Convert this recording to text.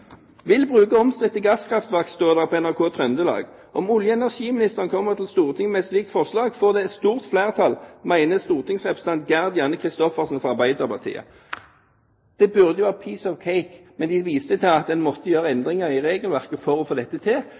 bruke omstridte gasskraftverk», står det på NRK Trøndelags nettside i dag. «Om olje- og energiministeren kommer til Stortinget med et slikt forslag, får det et stort flertall», mener stortingsrepresentant Gerd Janne Kristoffersen fra Arbeiderpartiet. Det burde være «a piece of cake», men det vises til at en må gjøre endringer i regelverket for å få dette til.